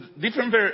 different